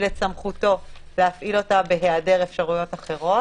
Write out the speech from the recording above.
את סמכותו להפעיל אותה בהיעדר אפשרויות אחרות,